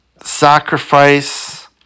Sacrifice